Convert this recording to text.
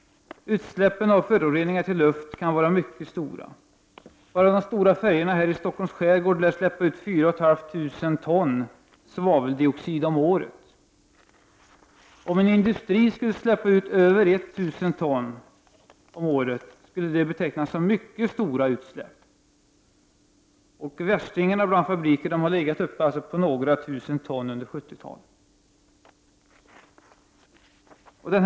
Utsläppen av föroreningar i luften kan vara mycket stora. Enbart de stora färjorna här i Stockholms skärgård lär släppa ut 4,5 tusen ton svaveldioxid om året. Om en industri skulle släppa ut 1 000 ton svaveldioxid om året skulle det betecknas som ett mycket stort utsläpp. Värstingarna bland fabrikerna har under 1970-talet haft utsläpp på några tusen ton om året.